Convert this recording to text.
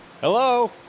Hello